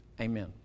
Amen